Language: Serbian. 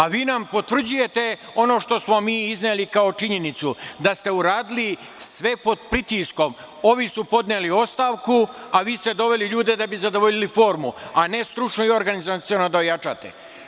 A vi nam potvrđujete ono što smo mi izneli kao činjenicu da ste uradili sve pod pritiskom, ovi su podneli ostavku, a vi ste doveli ljude da bi zadovoljili formu, a ne stručno i organizaciono da jačate.